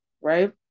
Right